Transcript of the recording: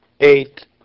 eight